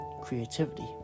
Creativity